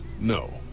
No